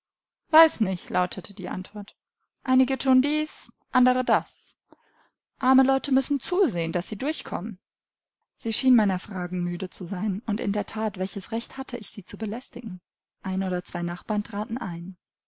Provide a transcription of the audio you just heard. weiß nicht lautete die antwort einige thun dies andere das arme leute müssen zusehen daß sie durchkommen sie schien meiner fragen müde zu sein und in der that welches recht hatte ich sie zu belästigen ein oder zwei nachbarn traten ein